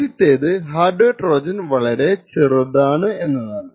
ആദ്യത്തേത് hardware Trojan വളരെ ചെറുതാണ് എന്നതാണ്